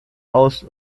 aus